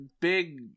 big